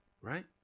right